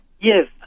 Yes